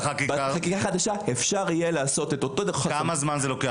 בחקיקה חדשה אפשר יהיה לעשות- -- כמה זמן זה לוקח?